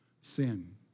Sin